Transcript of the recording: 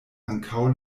ankaŭ